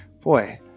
Boy